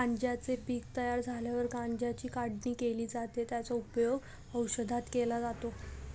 गांज्याचे पीक तयार झाल्यावर गांज्याची काढणी केली जाते, त्याचा उपयोग औषधात केला जातो